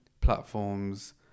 platforms